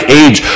age